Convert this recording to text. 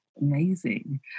Amazing